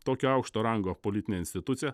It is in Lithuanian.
tokio aukšto rango politinė institucija